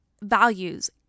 Values